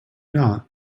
not